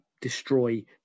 destroy